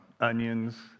onions